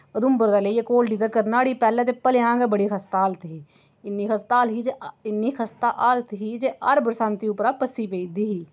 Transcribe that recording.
उधमपुर दा लेइयै घोलडी तक्कर न्हाड़ी पैह्लें ते भलेआं गै बड़ी खस्ता हालत ही इन्नी खस्ता हालत ही जे इन्नी खस्ता हालत ही जे हर बरसांती उप्परा पस्सी पेई जंदी ही